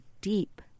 deep